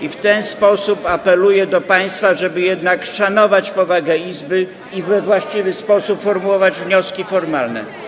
I w ten sposób apeluję do państwa, żeby jednak szanować powagę Izby i we właściwy sposób formułować wnioski formalne.